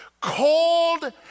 Cold